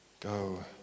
Go